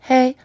Hey